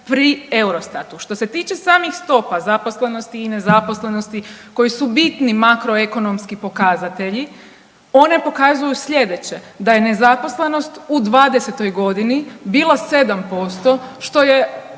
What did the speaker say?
pri Eurostatu. Što se tiče samih stopa zaposlenosti i nezaposlenosti koji su bitni makroekonomski pokazatelji, one pokazuju slijedeće, da je nezaposlenost u '20.-toj godini bila 7% što je